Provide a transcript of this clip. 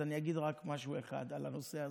אז אני אגיד רק משהו אחד על הנושא הזה.